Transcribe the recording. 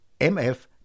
MF